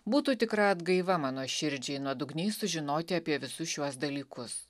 būtų tikra atgaiva mano širdžiai nuodugniai sužinoti apie visus šiuos dalykus